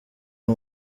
uyu